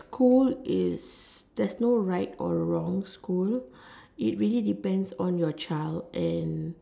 school is there's no right or wrong school it really depends on your child and